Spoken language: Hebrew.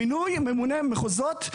מינוי ממונה מחוזות.